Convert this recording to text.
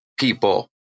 People